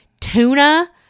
tuna